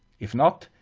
if not,